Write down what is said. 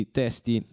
testi